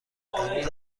امروز